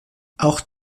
auch